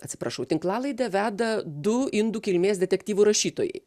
atsiprašau tinklalaidę veda du indų kilmės detektyvų rašytojai